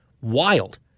wild